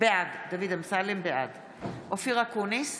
בעד אופיר אקוניס,